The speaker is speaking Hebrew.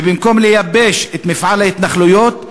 ובמקום לייבש את מפעל ההתנחלויות,